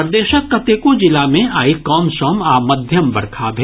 प्रदेशक कतेको जिला मे आइ कमसम आ मध्यम बरखा भेल